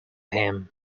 him